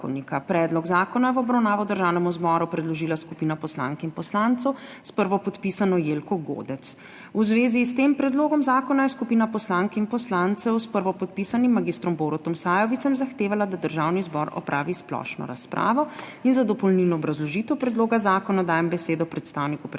Predlog zakona je v obravnavo Državnemu zboru predložila skupina poslank in poslancev s prvopodpisano Jelko Godec. V zvezi s tem predlogom zakona je skupina poslank in poslancev s prvopodpisanim mag. Borutom Sajovicem zahtevala, da Državni zbor opravi splošno razpravo. Za dopolnilno obrazložitev predloga zakona dajem besedo predstavniku predlagatelja